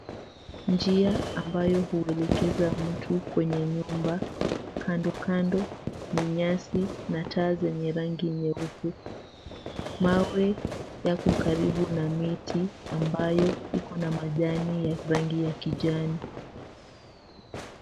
Njia ambayo huelekeza mtu kwenye nyumba kandokando ni nyasi na taa zenye rangi nyeupe. Mawe yako karibu na miti ambayo iko na majani ya rangi ya kijani.